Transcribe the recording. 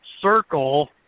circle